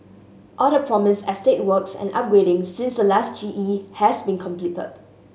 all the promised estate works and upgrading since the last G E have been completed